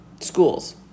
schools